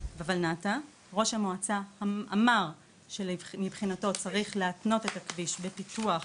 ראש המועצה אמר שמבחינתו צריך להתנות את הכביש בפיתוח